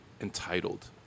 entitled